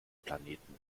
planeten